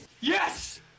Yes